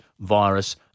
virus